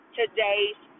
today's